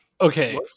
Okay